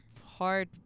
hard